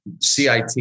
CIT